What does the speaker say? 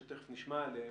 שתיכף נשמע עליהן,